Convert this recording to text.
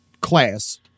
class